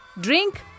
drink